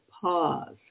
pause